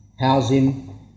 housing